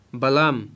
balam